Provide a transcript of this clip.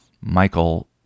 Michael